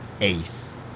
Ace